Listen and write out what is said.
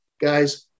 guys